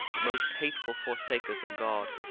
most hateful forsakers of god,